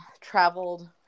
traveled